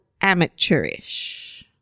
amateurish